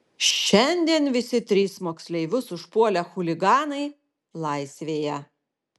šiandien visi trys moksleivius užpuolę chuliganai laisvėje